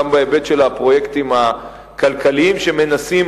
גם בהיבט של הפרויקטים הכלכליים שמנסים